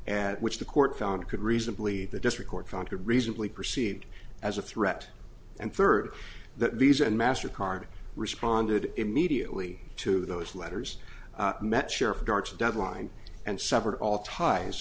and which the court found could reasonably the district court conquered recently perceived as a threat and further that visa and master card responded immediately to those letters met sheriff dart deadline and severed all ties